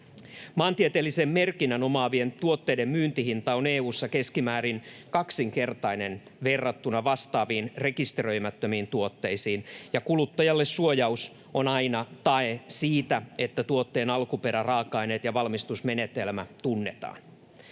Maantieteellisen merkinnän omaavien tuotteiden myyntihinta on EU:ssa keskimäärin kaksinkertainen verrattuna vastaaviin rekisteröimättömiin tuotteisiin, ja kuluttajalle suojaus on aina tae siitä, että tuotteen alkuperä, raaka-aineet ja valmistusmenetelmä tunnetaan.